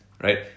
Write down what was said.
right